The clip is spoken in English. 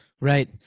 right